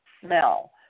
smell